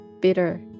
bitter